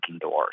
doors